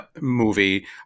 movie